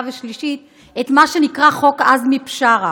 ושלישית את מה שנקרא "חוק עזמי בשארה".